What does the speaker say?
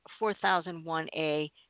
4001A